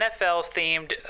NFL-themed